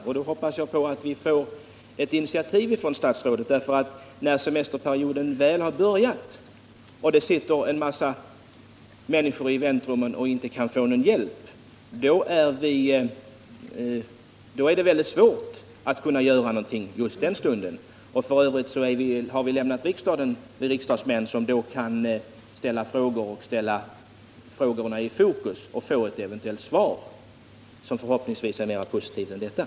I så fall hoppas jag att statsrådet tar ett initiativ, ty när semesterperioden väl har börjat och det sitter en mängd människor i väntrummen utan att kunna få någon hjälp är det mycket svårt att kunna göra någonting. F. ö. har vi riksdagsmän, som kan ställa frågor om aktuella problem och eventuellt få ett svar och förhoppningsvis ett mera positivt svar än detta, vid den tidpunkten lämnat riksdagen eftersom riksmötet slutar om tre veckor.